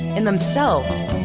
in themselves,